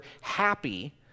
happy